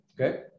Okay